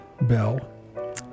bell